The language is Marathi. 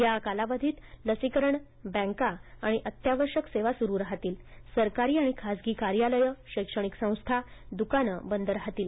या कालावधीत लसीकरण बँका आणि अत्यावश्यक सेवा सुरू राहतील सरकारी आणि खासगी कार्यालयं शैक्षणिक संस्था दुकानं बंद राहतील